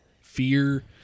fear